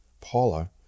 Paula